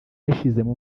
yashizemo